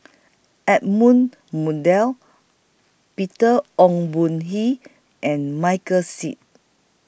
Edmund Peter Ong Boon and Michael Seet